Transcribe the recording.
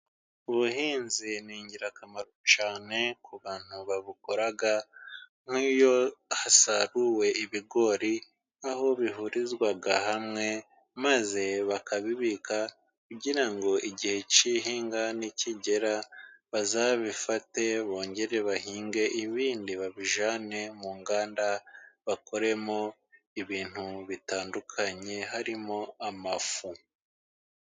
Ubuhinzi ni ingirakamaro cyane ku bantu babukora ,nk'iyo hasaruwe ibigori aho bihurizwa hamwe maze bakabibika ,kugira ngo igihe cy'ihinga nikigera bazabifate bongere bahinge ibindi babije, mu nganda bakoremo ibintu bitandukanye harimo amafu.